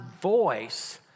voice